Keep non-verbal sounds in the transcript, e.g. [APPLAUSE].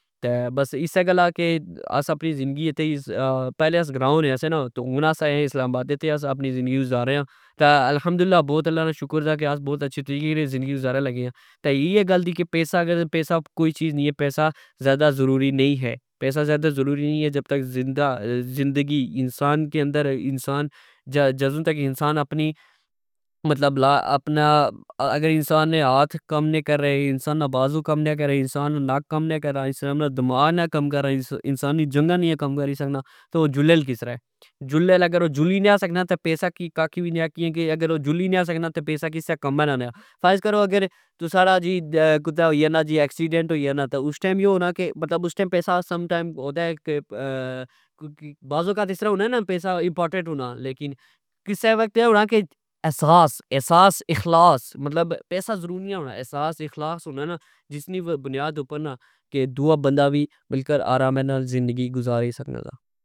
تہ بس اسہ گلا کہ آس اپنی زندگی اتھے پہلے آس گرا ہونے سیا نا تہ ہن آس الام آبادہ تہ آس اپنی زندگی گزارنے آں۔ تہ الحمدواللہ آس باؤاچھے طریقے نی زندگی گزارے لگے آں اییہ گل ای کہ پیسا زئدا ضروری نی ہے، پیسا زئدہ ضرورہے جب تک زندگی انسان کے اندر، انسان جدو تک اپنی اگر انسان نے ہتھ کم نی کرنے انسان نا بازو کم نا کرہ، انسان نک کم نا کرے، انسان نادماغ کم ناکرہ انسان نیاجنگا کم نی کری سکنا تہ او جلیل کسلہ اگر او جلی نا سکنا تہ پیسا ککھ وی نی آ کیا کہ اگر او جلی نا سکنا تہ پیسا کسہ کمہ نانیا فرض کرو کہ تسا نا جی کدرہ ہوئی جانا جی ایکسیڈینٹ ہوئی جانا اسٹئم یو ہانا کہ پیسا سم ٹائم ہوتا، [HESITATION] بعذاوقات اسرہ ہونا نا پیسا امپورٹینٹ ہونا لیکن کسہ وقت اہہ ہونا کہ احساس ،احساس ،احلاس پیسا ضروری نی ہونا اخساس احلاس ضروری ہونا جس نی بنیاد اپر دؤا بندا وی زندگی گزاری سکنا سا ۔